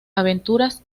aventuras